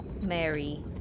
Mary